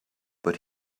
but